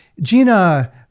Gina